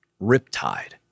Riptide